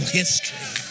history